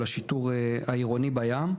לגבי השיטור העירוני בים.